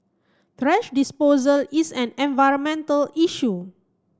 thrash disposal is an environmental issue